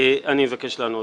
אני אבקש לענות.